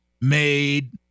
made